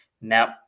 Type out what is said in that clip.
Nope